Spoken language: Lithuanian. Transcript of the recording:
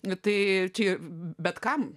mitai ir čia bet kam